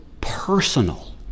personal